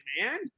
man